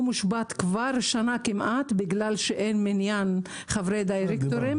הוא מושבת כבר שנה כמעט בגלל שאין מניין חברי דירקטורים